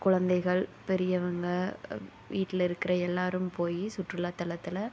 குழந்தைகள் பெரியவங்க வீட்டுலருக்கிற எல்லாரும் போய் சுற்றுலாத்தலத்தில்